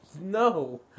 No